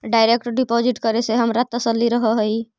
direct deposit करे से हमारा तसल्ली रहअ हई